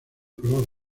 color